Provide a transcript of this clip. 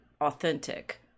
authentic